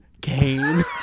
game